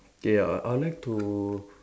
K I I would like to